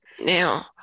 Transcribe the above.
now